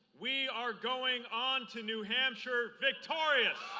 we are going on to new hampshire victorious.